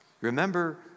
Remember